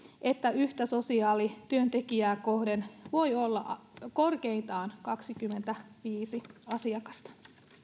että yhtä sosiaalityöntekijää kohden voi olla korkeintaan kaksikymmentäviisi asiakasta